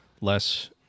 less